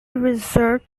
reserved